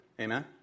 Amen